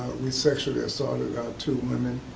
we sexually assaulted two women.